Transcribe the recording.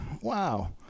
wow